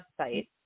website